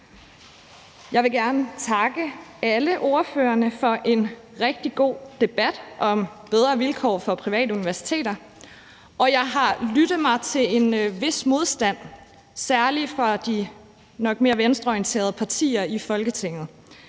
Jeg vil gerne takke alle ordførerne for en rigtig god debat om bedre vilkår for private universiteter. Jeg har lyttet mig til en vis modstand, særlig fra de nok mere venstreorienterede partier i Folketinget,